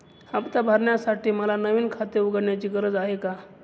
हफ्ता भरण्यासाठी मला नवीन खाते उघडण्याची गरज आहे का?